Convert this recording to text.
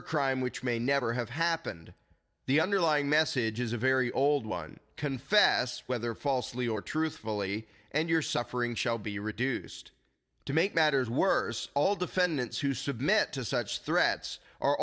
a crime which may never have happened the underlying message is a very old one confess whether falsely or truthfully and your suffering shall be reduced to make matters worse all defendants who submit to such threats are